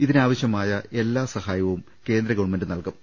ഇതിനാവശ്യമായ എല്ലാ സഹായവും കേന്ദ്രഗവൺമെന്റ് നല്കും